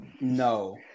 No